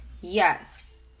Yes